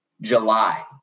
July